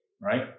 Right